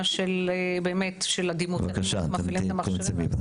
של הדימותנים שמפעילים את המכשירים.